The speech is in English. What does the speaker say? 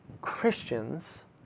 Christians